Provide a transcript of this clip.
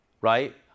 right